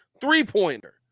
three-pointer